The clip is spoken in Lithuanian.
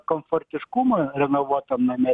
komfortiškumą renovuotam name